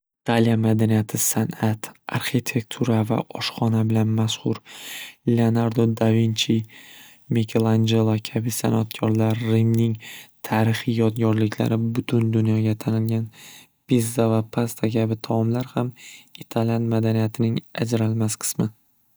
Italiya madaniyati san'at arxitektura va oshxona bilan mashxur leonardo davinchi, mikelanjela kabi san'atkorlar rimning tarixiy yodgorliklari butun dunyoga tanilgan pizza va pasta kabi taomlar ham italiyan madaniyatining ajralmas qismi.